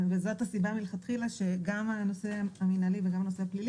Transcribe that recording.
זאת הסיבה מלכתחילה שגם הנושא המינהלי וגם הנושא הפלילי